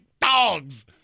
dogs